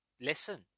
listen